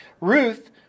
Ruth